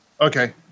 Okay